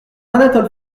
anatole